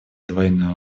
двойной